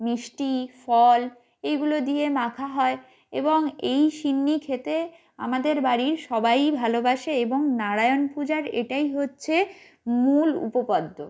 মিষ্টি ফল এইগুলো দিয়ে মাখা হয় এবং এই সিন্নি খেতে আমাদের বাড়ির সবাইই ভালোবাসে এবং নারায়ণ পূজার এটাই হচ্ছে মূল উপপাদ্য